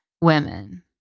women